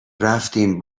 رفتیم